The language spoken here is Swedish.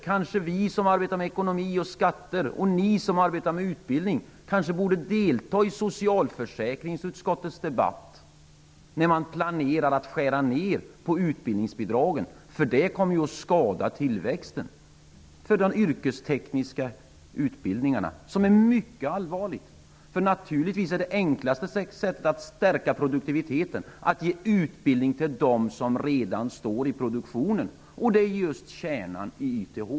Kanske vi som arbetar med ekonomi och skatter och ni som arbetar med utbildning borde delta i socialförsäkringsutskottets debatt när man planerar att skära ned utbildningsbidragen. Det kommer ju att skada tillväxten för de yrkestekniska utbildningarna. Det är mycket allvarligt. Naturligtvis är det enklaste sättet att stärka produktiviteten att ge utbildning till dem som redan står i produktionen. Det är just kärnan i YTH.